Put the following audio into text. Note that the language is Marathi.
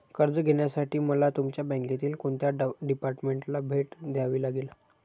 कर्ज घेण्यासाठी मला तुमच्या बँकेतील कोणत्या डिपार्टमेंटला भेट द्यावी लागेल?